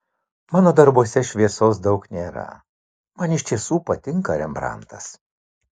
mano darbuose šviesos daug nėra man iš tiesų patinka rembrandtas